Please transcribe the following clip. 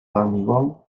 hormigón